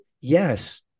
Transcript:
Yes